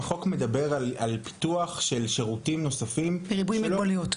החוק מדבר על פיתוח של שירותים נוספים --- במינהל מוגבלויות?